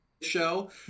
show